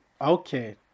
Okay